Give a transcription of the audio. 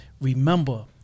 Remember